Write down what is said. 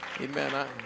Amen